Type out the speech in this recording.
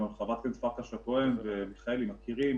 גם חברי הכנסת אורית פרקש-הכהן ומיכאלי מכירים,